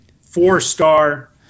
four-star